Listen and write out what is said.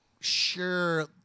sure